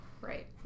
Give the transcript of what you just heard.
Right